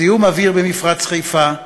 זיהום אוויר במפרץ חיפה,